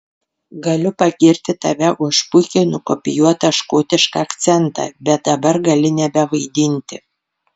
galiu pagirti tave už puikiai nukopijuotą škotišką akcentą bet dabar gali nebevaidinti